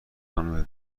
منو